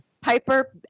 Piper